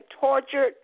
tortured